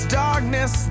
darkness